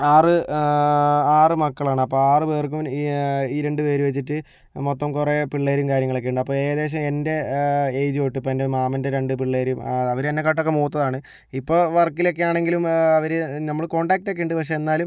ആറ് ആറ് മക്കളാണ് അപ്പോൾ ആറ് പേർക്കും ഈ രണ്ടു പേര് വെച്ചിട്ട് മൊത്തം കുറേ പിള്ളേരും കാര്യങ്ങളും ഒക്കെ ഉണ്ട് അപ്പോൾ ഏകദേശം എൻ്റെ ഏജ് തൊട്ട് ഇപ്പോൾ എൻ്റെ മാമൻ്റെ രണ്ട് പിള്ളേര് അവരെന്നെ കാട്ടൊക്കെ മൂത്തതാണ് ഇപ്പോൾ വർക്കിലൊക്കെ ആണെങ്കിലും അവര് നമ്മള് കോണ്ടാക്ടൊക്കെ ഉണ്ട് പക്ഷേ എന്നാലും